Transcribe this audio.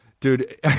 dude